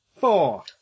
four